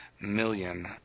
million